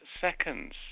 seconds